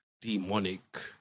demonic